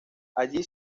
allí